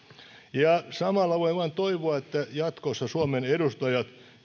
samalla voi vain toivoa että jatkossa suomen edustajat